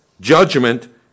judgment